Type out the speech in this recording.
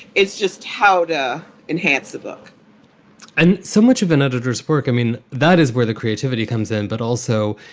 it's just how to enhance the book and so much of an editor's work i mean, that is where the creativity comes in. but also,